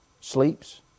sleeps